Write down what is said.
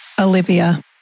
Olivia